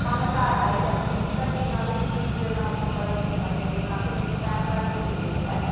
ਤਾਂ ਮੈਂ ਘਰ ਆਈ ਅਤੇ ਆਪਣੇ ਪਿਤਾ ਜੀ ਨਾਲ ਇਸ ਚੀਜ਼ ਦੇ ਨਾਲ ਸੰਪਰਕ ਕੀਤਾ ਅਤੇ ਕਿਹਾ ਕਿ ਮੈਨੂੰ ਪੈਨ ਕਾਰਡ ਦੀ ਜ਼ਰੂਰਤ ਹੈ